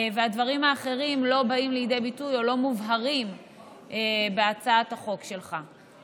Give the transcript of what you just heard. והדברים האחרים לא באים לידי ביטוי או לא מובהרים בהצעת החוק שלך.